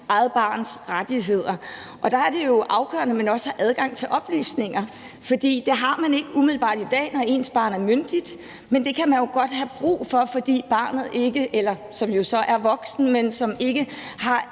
eget barns rettigheder. Der er det jo afgørende, at man også har adgang til oplysninger, for det har man ikke umiddelbart i dag, når ens barn er myndigt, men det kan man jo godt have brug for, fordi det voksne barn ikke har